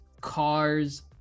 cars